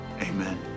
amen